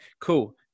cool